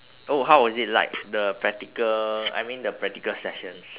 oh how was it like the practical I mean the practical sessions